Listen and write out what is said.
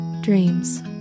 dreams